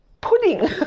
pudding